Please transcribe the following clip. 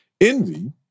Envy